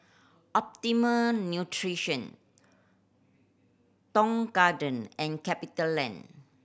Optimum Nutrition Tong Garden and CapitaLand